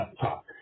talk